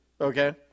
Okay